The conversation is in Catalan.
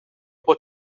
pot